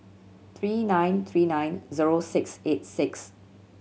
three nine three nine zero six eight six